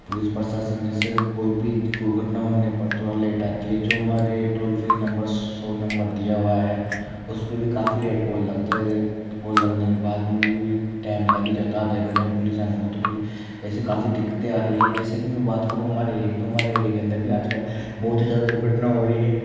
police प्रशासन जैसे कोई भी दुर्घटना होने पर थोड़ा लेट आती है जो हमारे टोल फ्री नंबर सौ नंबर दिया हुआ है उसपे भी काफी लेट कॉल लगता है कॉल लगाने के बाद भी टाइम लग ही जाता है आधे एक घंटे में पुलिस आने को तो पुल ऐसे काफी दिक्कतें आ रही है जैसे कि मैं बात करूँ हमारे एरिए की तो हमारे एरिए के अंदर भी आज कल बहुत ही ज़्यादा दुर्घटना हो रही है